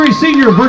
senior